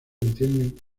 entienden